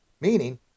meaning